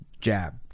Jab